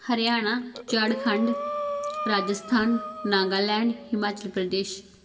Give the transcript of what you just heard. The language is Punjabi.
ਹਰਿਆਣਾ ਝਾਰਖੰਡ ਰਾਜਸਥਾਨ ਨਾਗਾਲੈਂਡ ਹਿਮਾਚਲ ਪ੍ਰਦੇਸ਼